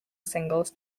singles